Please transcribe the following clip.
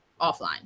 offline